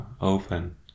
open